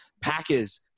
Packers